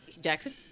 Jackson